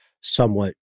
somewhat